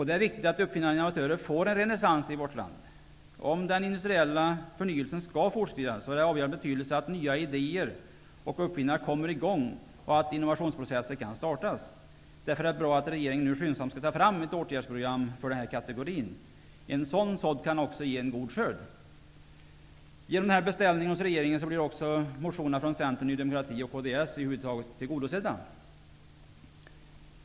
Det är viktigt att uppfinnare och innovatörer får en renässans i vårt land. Om den industriella förnyelsen skall kunna fortskrida är det av avgörande betydelse att nya idéer och uppfinningar kommer i gång och att innovationsprocesser kan startas. Därför är det bra att regeringen nu skyndsamt skall ta fram ett åtgärdsprogram för denna kategori. En sådan sådd kan också ge en god skörd. Genom denna beställning hos regeringen blir också motioner från Centern, Ny demokrati och kds i huvudsak tillgodosedda.